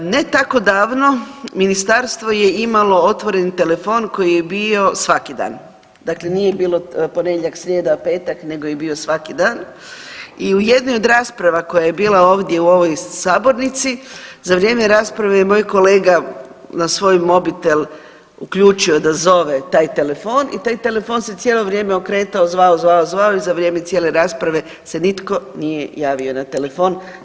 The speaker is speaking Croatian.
Ne tako davno ministarstvo je imalo otvoren telefon koji je bio svaki dan, dakle nije bilo ponedjeljak, srijeda, petak nego je bio svaki dan i u jednoj od rasprava koja je bila ovdje u ovoj sabornici za vrijeme rasprave je moj kolega na svoj mobitel uključio da zove taj telefon i taj telefon se cijelo vrijeme okretao, zvao, zvao, zvao i za vrijeme cijele rasprave se nitko nije javio na telefon.